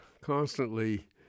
constantly